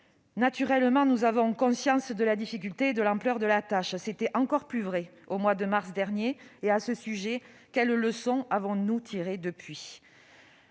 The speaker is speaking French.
Naturellement, nous avons conscience de la difficulté et de l'ampleur de la tâche. C'était encore plus vrai au mois de mars dernier ... À ce propos, quelles leçons avons-nous tirées depuis